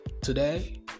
Today